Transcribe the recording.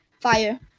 Fire